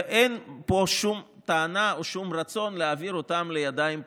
ואין פה שום טענה או רצון להעביר אותן לידיים פלסטיניות,